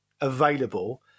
available